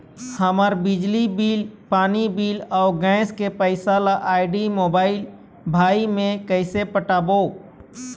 हमर बिजली बिल, पानी बिल, अऊ गैस के पैसा ला आईडी, मोबाइल, भाई मे कइसे पटाबो?